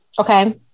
Okay